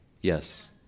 Yes